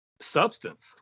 substance